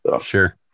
Sure